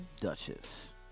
Duchess